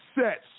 sets